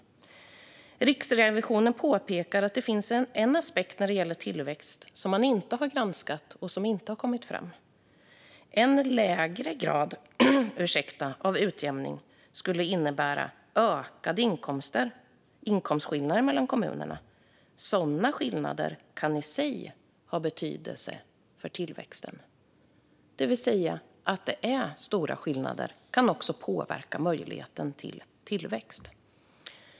Riksrevisionen påpekar att det finns en aspekt när det gäller tillväxt som inte har granskats och därför inte kommit fram. Det är att en lägre grad av utjämning skulle innebära ökade inkomstskillnader mellan kommunerna och att sådana skillnader i sig kan ha betydelse för tillväxten. Stora skillnader påverkar alltså tillväxtmöjligheten.